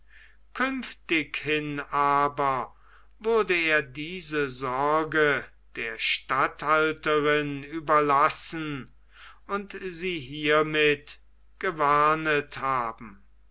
künftig hin aber würde er diese sorge der statthalterin überlassen und sie hiemit gewarnet haben